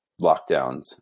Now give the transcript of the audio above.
lockdowns